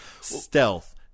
Stealth